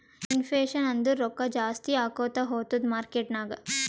inflation ಅಂದುರ್ ರೊಕ್ಕಾ ಜಾಸ್ತಿ ಆಕೋತಾ ಹೊತ್ತುದ್ ಮಾರ್ಕೆಟ್ ನಾಗ್